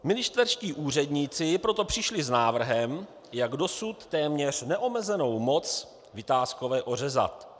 Ministerští úředníci proto přišli s návrhem, jak dosud téměř neomezenou moc Vitáskové ořezat.